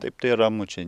taip tai ramu čia